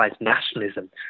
nationalism